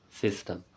system